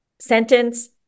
sentence